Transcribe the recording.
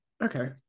okay